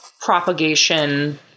propagation